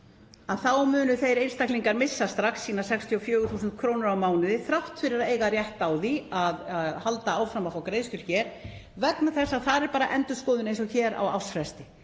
og ég vil kalla hana, munu missa strax sínar 64.000 kr. á mánuði þrátt fyrir að eiga rétt á því að halda áfram að fá greiðslur hér vegna þess að þar er bara endurskoðun eins og hér á ársfresti.